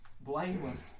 blameless